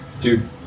Dude